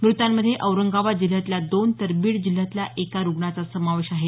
मृतांमध्ये औरंगाबाद जिल्ह्यातल्या दोन तर बीड जिल्ह्यातल्या एका रुग्णाचा समावेश आहे